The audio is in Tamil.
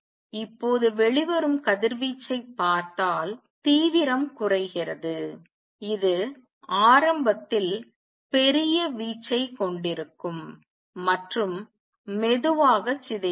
இப்போது வெளிவரும் கதிர்வீச்சைப் பார்த்தால் தீவிரம் குறைகிறது இது ஆரம்பத்தில் பெரிய வீச்சை கொண்டிருக்கும் மற்றும் மெதுவாக சிதைகிறது